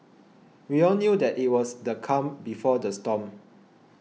we all knew that it was the calm before the storm